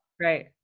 Right